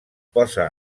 posà